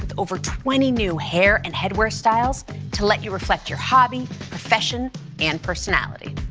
over twenty new hair and head wear styles to let you reflect your hobby, profession and personality.